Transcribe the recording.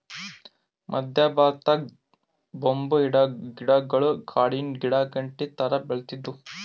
ಮದ್ಯ ಭಾರತದಾಗ್ ಬಂಬೂ ಗಿಡಗೊಳ್ ಕಾಡಿನ್ ಗಿಡಾಗಂಟಿ ಥರಾ ಬೆಳಿತ್ತಿದ್ವು